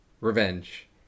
revenge